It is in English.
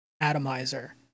atomizer